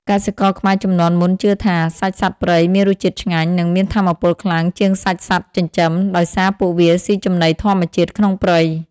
កសិករខ្មែរជំនាន់មុនជឿថា សាច់សត្វព្រៃមានរសជាតិឆ្ងាញ់ និងមានថាមពលខ្លាំងជាងសាច់សត្វចិញ្ចឹម ដោយសារពួកវាស៊ីចំណីធម្មជាតិក្នុងព្រៃ។